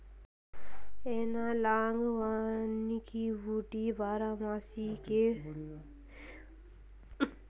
analogue वानिकी woody बारहमासी के प्रभुत्व वाले पारिस्थितिक तंत्रको डिजाइन, योजना और प्रबंधन करना चाहती है